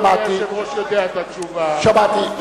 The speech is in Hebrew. שמעתי.